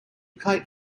kite